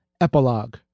Epilogue